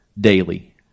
daily